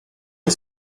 est